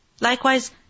Likewise